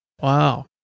wow